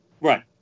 right